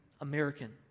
American